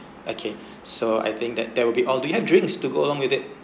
okay so I think that that will be all do you have drinks to go along with it